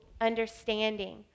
understanding